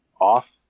off